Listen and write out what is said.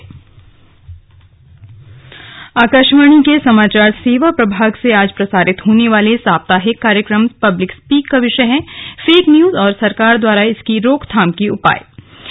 public speak Akashvani के समाचार सेवा प्रभाग से आज प्रसारित होने वाले साप्ताहिक कार्यक्रम पब्लिक स्पीक का विषय है फेक न्यूज और सरकार द्वारा इसकी रोकथाम के उपाय